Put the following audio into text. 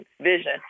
vision